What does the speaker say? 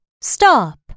Stop